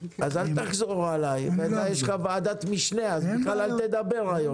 יש התקדמות יפה מאוד יחד עם השותפים שלנו בעיריית ירושלים ובחברות